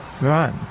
Right